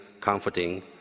comforting